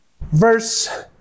Verse